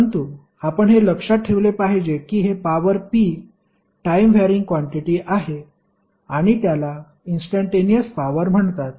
परंतु आपण हे लक्षात ठेवले पाहिजे की हे power P time varying quantity आहे आणि त्याला इंस्टंटेनिअस पॉवर म्हणतात